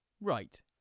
right